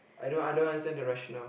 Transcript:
I don't I don't understand the rationale